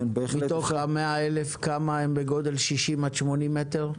מתוך ה-100,000 כמה הם בגדול של 60 עד 80 מ"ר,